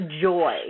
Joy